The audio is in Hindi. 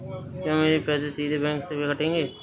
क्या मेरे पैसे सीधे बैंक से कटेंगे?